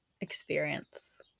experience